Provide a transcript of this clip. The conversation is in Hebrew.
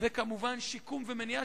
וכמובן שיקום ומניעה,